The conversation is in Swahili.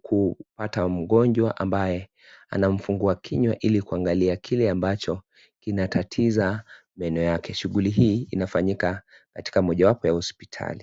kupata mgonjwa ambaye anamfungua kinywa ili kuangalia kile ambacho kinatatiza meno yake. Shughuli hii inafanyika katika mojawapo ya hospitali.